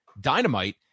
Dynamite